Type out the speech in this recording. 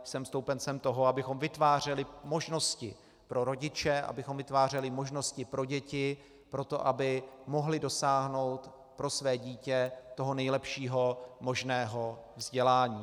Jsem stoupencem toho, abychom vytvářeli možnosti pro rodiče, abychom vytvářeli možnosti pro děti, pro to, aby mohli dosáhnout pro své dítě toho nejlepšího možného vzdělání.